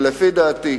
אדוני, שלדעתי,